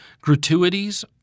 gratuities